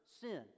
sin